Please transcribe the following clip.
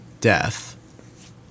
death